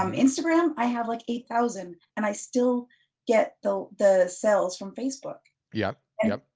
um instagram, i have like eight thousand, and i still get the the cells from facebook. yeah, yup,